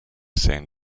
san